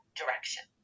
direction